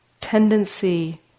tendency